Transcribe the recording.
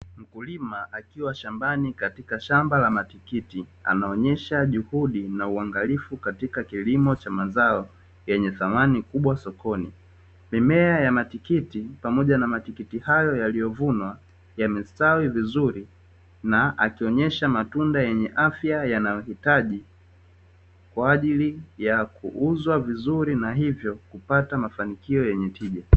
Mkulima akiwa shambani katika shamba la matikiti, anaonyesha juhudi na uangalifu katika kilimo cha mazao yenye thamani kubwa sokoni. Mimea ya matikiti pamoja na matikiti hayo yaliyovunwa, yamestawi vizuri na akionyesha matunda yenye afya yanayohitaji, kwa ajili ya kuuzwa vizuri na hivyo kupata mafanikio yenye tija.